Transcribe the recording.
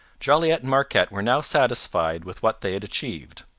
jolliet and marquette were now satisfied with what they had achieved.